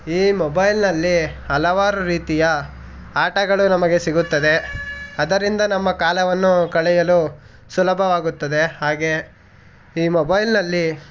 ಈ ಮೊಬೈಲ್ನಲ್ಲಿ ಹಲವಾರು ರೀತಿಯ ಆಟಗಳು ನಮಗೆ ಸಿಗುತ್ತದೆ ಅದರಿಂದ ನಮ್ಮ ಕಾಲವನ್ನು ಕಳೆಯಲು ಸುಲಭವಾಗುತ್ತದೆ ಹಾಗೆಯೇ ಈ ಮೊಬೈಲ್ನಲ್ಲಿ